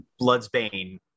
Bloodsbane